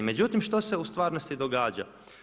Međutim što se u stvarnosti događa?